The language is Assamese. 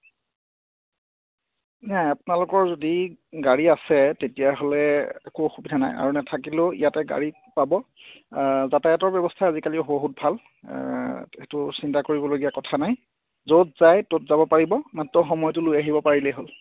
নাই আপোনালোকৰ যদি গাড়ী আছে তেতিয়া হ'লে একো অসুবিধা নাই আৰু নাথাকিলে ইয়াতে গাড়ী পাব যতায়াতৰ ব্যৱস্থা আজিকলি বহুত ভাল সেইটো চিন্তা কৰিবলগীয়া কথা নাই য'ত যায় ত'ত যাব পাৰিব সময়টো লৈ আহিব পাৰিলেই হ'ল